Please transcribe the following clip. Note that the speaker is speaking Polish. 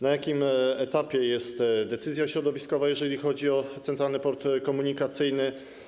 Na jakim etapie jest decyzja środowiskowa, jeżeli chodzi o Centralny Port Komunikacyjny?